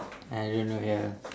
I don't know ya